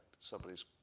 Somebody's